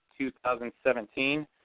2017